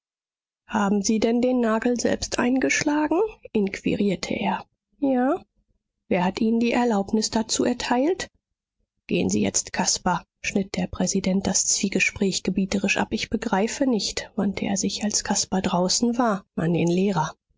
haben sie denn den nagel selbst eingeschlagen inquirierte er ja wer hat ihnen die erlaubnis dazu erteilt gehen sie jetzt caspar schnitt der präsident das zwiegespräch gebieterisch ab ich begreife nicht wandte er sich als caspar draußen war an den lehrer